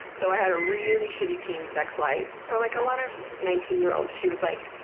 so, i had a really shitty teen sex life. so, like a lot of nineteen year olds, she was like,